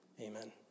Amen